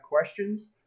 questions